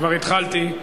כבר התחלתי.